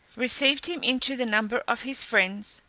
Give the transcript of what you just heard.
received him into the number of his friends,